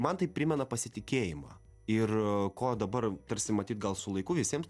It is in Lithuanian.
man tai primena pasitikėjimą ir ko dabar tarsi matyt gal su laiku visiems